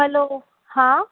हलो हा